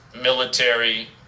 military